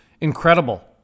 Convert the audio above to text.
incredible